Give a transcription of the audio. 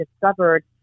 discovered